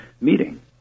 meeting